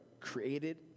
created